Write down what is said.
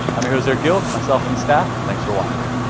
i'm host erick gill, for myself and the staff, thanks for watching.